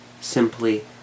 Simply